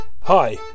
Hi